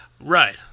right